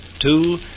Two